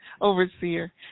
overseer